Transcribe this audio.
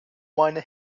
minor